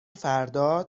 فردا